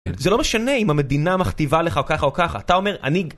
זה לא משנה אם המדינה מכתיבה לך או ככה או ככה, אתה אומר, עניג.